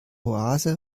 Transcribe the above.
oase